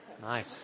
nice